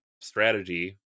strategy